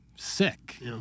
Sick